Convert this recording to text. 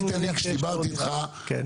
גם אם נניח שיש לו עוד דירה --- טוב,